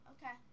Okay